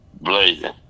blazing